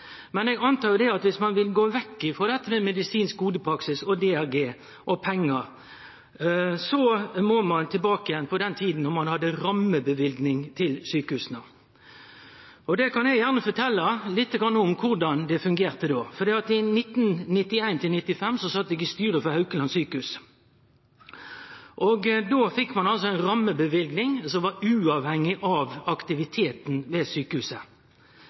at viss ein vil gå vekk frå dette med medisinsk kodepraksis og DRG og pengar, må ein tilbake igjen til den tida då ein hadde rammeløyving til sjukehusa. Det kan eg gjerne fortelje lite grann om korleis det fungerte, for i 1991 til 1995 sat eg i styret for Haukeland sjukehus. Då fekk ein altså ei rammeløyving som var uavhengig av aktiviteten ved